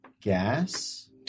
gas